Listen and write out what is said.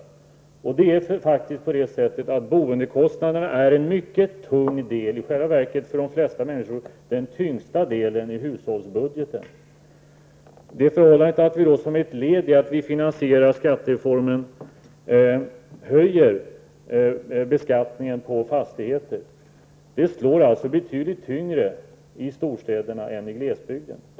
Boendekostnaderna är faktiskt en mycket tung del i hushållsbudgeten, för de flesta människorna är det i själva verket den tyngsta delen. Det förhållandet att vi som ett led i finansieringen av skattereformen höjer beskattningen på fastigheter slår alltså betydligt tyngre i storstäderna än i glesbygden.